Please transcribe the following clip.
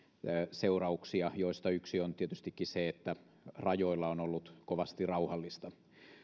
seurauksia joista yksi on tietystikin se että rajoilla on ollut kovasti rauhallista